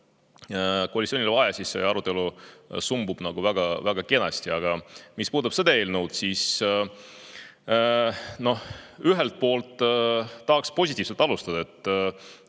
koalitsioonil on vaja, arutelu sumbub väga kenasti. Aga mis puudutab seda eelnõu, siis ühelt poolt tahaks positiivselt alustada.